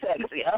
sexy